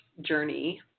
journey